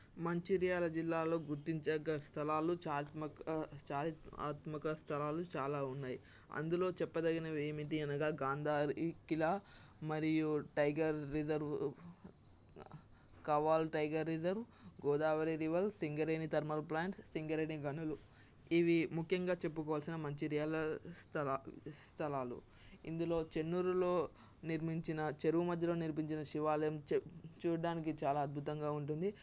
మంచిర్యాల జిల్లాలో గుర్తించదగిన స్థలాలు చారిత్రాత్మక స్థలాలు చాలా ఉన్నాయి అందులో చెప్పదగినవి ఏమిటి అనగా గాంధారి ఖిలా మరియు tiger reserve Kawal tiger reserve Godavari river Singareni thermal plant Singareni గనులు ఇవి ముఖ్యంగా చెప్పుకోవాల్సిన మంచిర్యాల స్థలా స్థలాలు ఇందులో చెన్నూరులో నిర్మించిన చెరువు మధ్యలో నిర్మించిన శివాలయం చూ చూడటానికి చాలా అద్భుతంగా ఉంటుంది